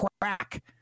crack